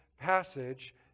passage